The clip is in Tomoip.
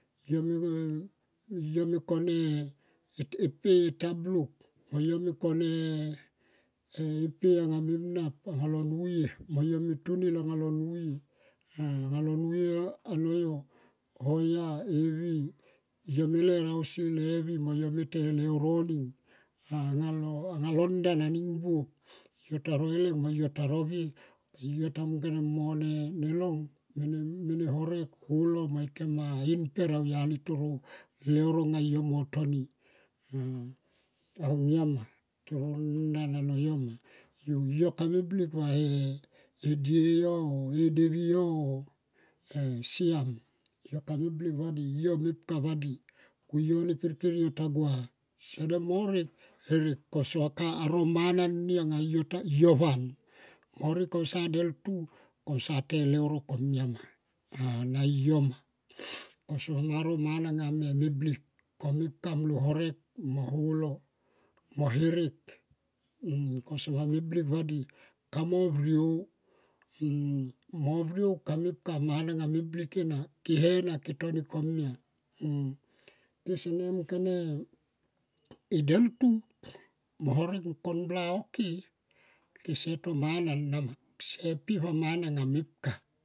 Yo me gua yo me kon e epe e tabluk mo yo me kone e pe anga me mnap aunga lo nuya mo yo me tunil aunga lo nuye. Anga lo nu ye hoya e vi yo me ler ausi ler ausi levi mo yo me to e leuro ning anga lo ngan aning buop yota roileng mo yo ta rovie tamung kone mo ne long mene horek mo holo mo ikem ah in mper auyali toro leuro anga yo mo ne toni aunia ma tonon ndan ano yo ma yo kame blik va e die yo oh e devi yo oh siam yo kame blik vadi yo mepka vadi ko yo tere ta gua sene morek. Herek ko sa ka e mana ni yo ta yo van morek kom sa deltu kom sa te e leuro komia ma ah na yo. kom sama ro mana anga me blik ko ome kamlo horek mo holo mo herek kom soma meblik va di kamo vrou, mo vriou kamep ka mana anga me blik ena kene na ketoni komia. Kesene mung kone i deltu mo horek ning kon bla oke kese to mana nama kese pi va mana anga mepka.